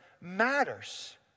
matters